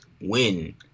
win